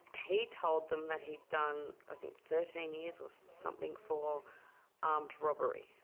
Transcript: he told them that he'd done, i think thirteen years or something for armed robbery.